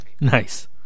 Nice